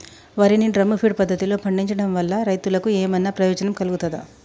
వరి ని drum feed పద్ధతిలో పండించడం వల్ల రైతులకు ఏమన్నా ప్రయోజనం కలుగుతదా?